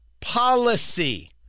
policy